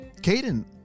Caden